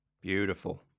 beautiful